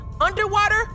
Underwater